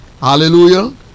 Hallelujah